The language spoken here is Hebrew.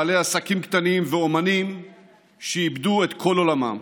בעלי עסקים קטנים ואומנים שאיבדו את כל עולמם,